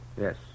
Yes